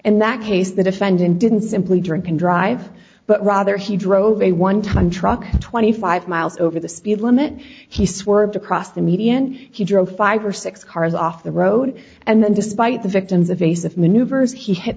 and that case the defendant didn't simply drink and drive but rather he drove a one ton truck twenty five miles over the speed limit he swerved across the median he drove five or six cars off the road and then despite the victims of ace of maneuvers he hit